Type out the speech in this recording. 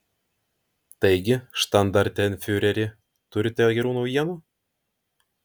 taigi štandartenfiureri turite gerų naujienų